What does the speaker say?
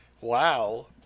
Wow